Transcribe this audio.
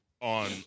on